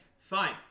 Fine